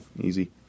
easy